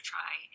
try